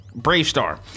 Bravestar